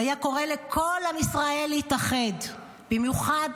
הוא היה קורא לכל עם ישראל להתאחד במיוחד